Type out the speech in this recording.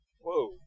Whoa